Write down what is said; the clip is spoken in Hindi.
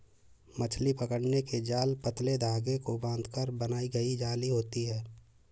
मछली पकड़ने के जाल पतले धागे को बांधकर बनाई गई जाली होती हैं